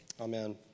Amen